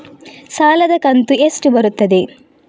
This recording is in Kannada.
ಸಾಲದ ಕಂತು ಎಷ್ಟು ಬರುತ್ತದೆ?